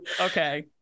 Okay